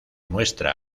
muestra